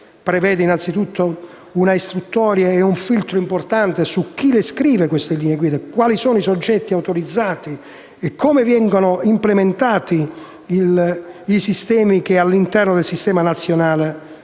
Prevede, innanzitutto, una istruttoria e un filtro importante su chi le scrive, su quali sono i soggetti autorizzati e su come vengono implementati i sistemi che, all'interno del Servizio nazionale, in